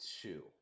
two